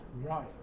Right